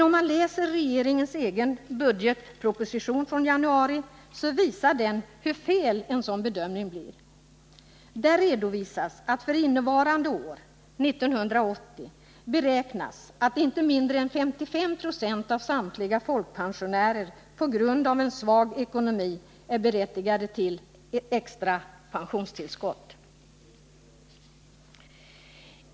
Om man läser regeringens egen budgetproposition finner man hur felaktig en sådan bedömning blir. Där redovisas att för innevarande år beräknas inte mindre än 55 90 av samtliga folkpensionärer på grund av svag ekonomi vara berättigade till ett extra pensionstillskott.